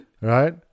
Right